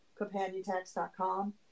companiontax.com